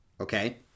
okay